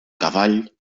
cavall